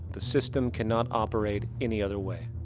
the system cannot operate any other way.